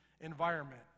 environment